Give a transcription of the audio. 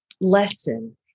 lesson